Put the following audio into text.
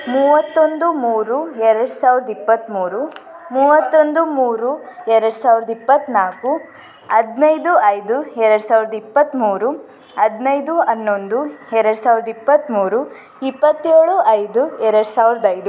ಮೂವತ್ತೊಂದು ಮೂರು ಎರಡು ಸಾವಿರದ ಇಪ್ಪತ್ತ್ಮೂರು ಮೂವತ್ತೊಂದು ಮೂರು ಎರಡು ಸಾವಿರದ ಇಪ್ಪತ್ತ್ನಾಲ್ಕು ಹದಿನೈದು ಐದು ಎರಡು ಸಾವಿರದ ಇಪ್ಪತ್ತ್ಮೂರು ಹದಿನೈದು ಹನ್ನೊಂದು ಎರಡು ಸಾವಿರದ ಇಪ್ಪತ್ತ್ಮೂರು ಇಪ್ಪತ್ತೇಳು ಐದು ಎರಡು ಸಾವಿರದ ಐದು